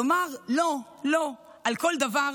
לומר לא-לא על כל דבר,